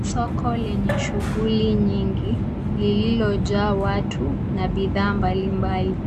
Soko lenye shughuli nyingi, lililojaa watu na bidhaa mbali mbali.